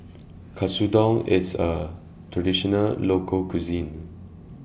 Katsudon IS A Traditional Local Cuisine